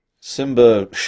Simba